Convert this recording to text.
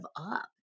up